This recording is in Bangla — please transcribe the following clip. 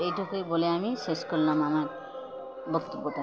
এইটুকুই বলে আমি শেষ করলাম আমার বক্তব্যটা